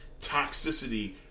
toxicity